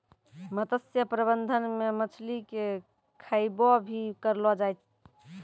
मत्स्य प्रबंधन मे मछली के खैबो भी करलो जाय